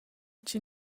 chi